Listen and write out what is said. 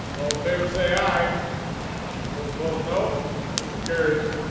well in favor say aye those opposed no motion carries